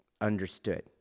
understood